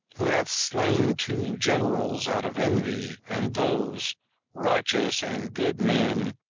who hath slain two generals out of envy, and those righteous and good men,